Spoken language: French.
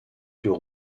plus